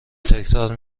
تکرار